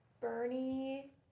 Bernie